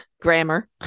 grammar